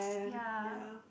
ya